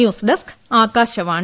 news desk Akashvani